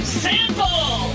sample